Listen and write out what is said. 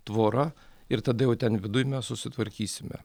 tvora ir tada jau ten viduj mes susitvarkysime